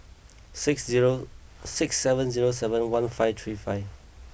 six zero six seven zero seven one five three five